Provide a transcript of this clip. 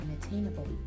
unattainable